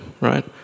right